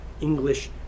English